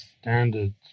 standards